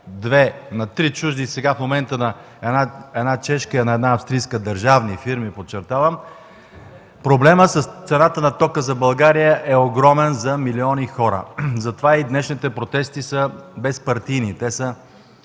на три чужди, в момента на една чешка и една австрийска държавни фирми – подчертавам, проблемът с цената на тока за България е огромен за милиони хора. Затова и днешните протести са безпартийни. Това